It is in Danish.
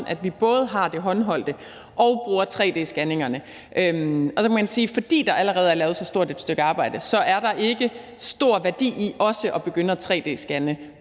at vi både har det håndholdte og bruger tre-d-scanningerne. Så kan man sige, at fordi der allerede er lavet så stort et stykke arbejde, så er der ikke stor værdi i også at begynde at tre-d-scanne